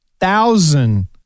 thousand